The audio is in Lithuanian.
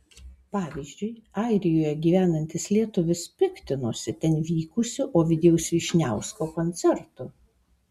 pavyzdžiui airijoje gyvenantis lietuvis piktinosi ten vykusiu ovidijaus vyšniausko koncertu